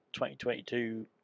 2022